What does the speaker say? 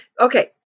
okay